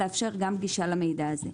לאפשר גם גישה למידע הזה.